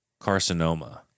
carcinoma